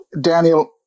Daniel